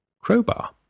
Crowbar